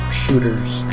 shooters